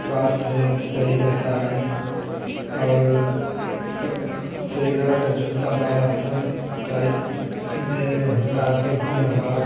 स्वास्थ्य हेल्थ सही रहता है और सेगा का जूता मैराथन टाइप में होता है तो उसमें हमारा